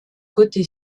côté